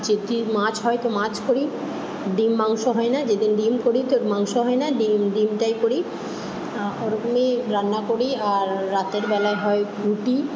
যদি মাছ হয় তো মাছ করি ডিম মাংস হয় না যেদিন ডিম করি তো মাংস হয় না ডিম ডিমটাই করি ওরকমই রান্না করি আর রাতের বেলায় হয় রুটি